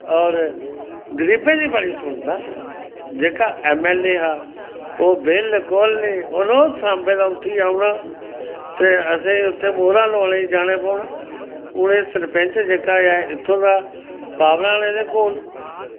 और गरीबें दी बड़ी सुनदा हा जेह्का ऐम ऐल ऐ हा ओह् बिल्कुल रोज़ सांबे दा उट्ठियै औना ते असैं उत्थें मोह्रां लोआनेई जाना पौंना हून एह् सरपैंच जेह्का ऐ इत्थूं दा पावरां न एह्दे कोल